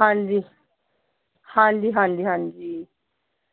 ਹਾਂਜੀ ਹਾਂਜੀ ਹਾਂਜੀ ਹਾਂਜੀ